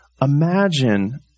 Imagine